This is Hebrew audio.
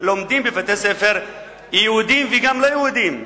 לומדים בבתי-ספר יהודיים וגם לא יהודיים,